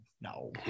no